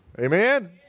Amen